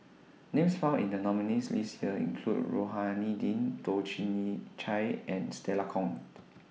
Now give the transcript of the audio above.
Names found in The nominees' list This Year include Rohani Din Toh Chin NE Chye and Stella Kon